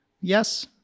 Yes